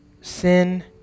sin